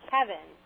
Kevin